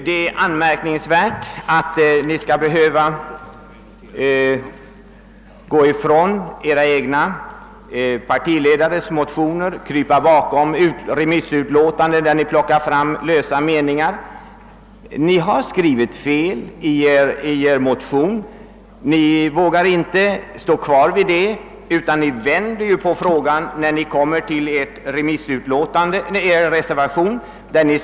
Det är anmärkningsvärt att ni skall behöva frångå era egna partiledares motioner och krypa bakom remissutlåtanden, från vilka ni plockar lösa meningar. Om ni har skrivit fel i en motion vågar ni inte stå kvar vid det. Ni vänder i stället på frågan när ni utformar reservationen 1.